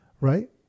right